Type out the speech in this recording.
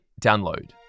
download